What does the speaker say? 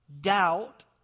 Doubt